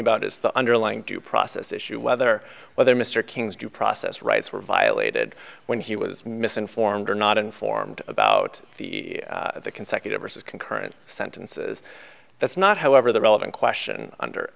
about is the underlying due process issue whether whether mr king's due process rights were violated when he was misinformed or not informed about the consecutive years of concurrent sentences that's not however the relevant question under